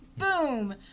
Boom